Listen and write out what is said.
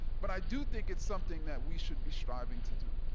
but i do think it's something that we should be striving to do.